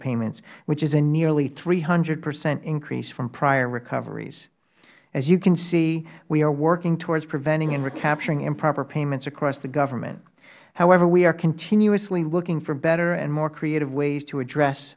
payments which is nearly a three hundred percent increase from prior recoveries as you can see we are working toward preventing and recapturing improper payments across the government however we are continuously looking for better and more creative ways to address